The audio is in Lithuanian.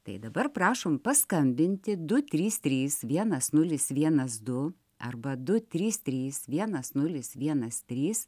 tai dabar prašom paskambinti du trys trys vienas nulis vienas du arba du trys trys vienas nulis vienas trys